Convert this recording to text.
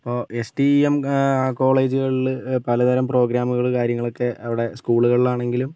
ഇപ്പോൾ S T E M കോളേജുകളിൽ പലതരം പ്രോഗ്രാമുകൾ കാര്യങ്ങളൊക്കെ അവിടെ സ്കൂളുകളിലാണെങ്കിലും